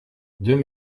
deux